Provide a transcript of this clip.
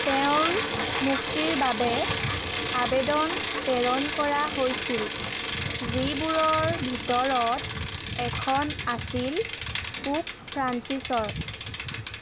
তেওঁৰ মুক্তিৰ বাবে আবেদন প্ৰেৰণ কৰা হৈছিল যিবোৰৰ ভিতৰত এখন আছিল পোপ ফ্ৰান্সিচৰ